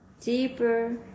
deeper